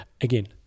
again